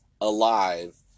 alive